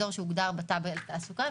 אזור שהוגדר בתב"ע לתעסוקה,